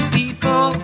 people